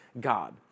God